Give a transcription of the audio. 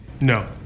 No